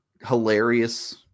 hilarious